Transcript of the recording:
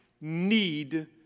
need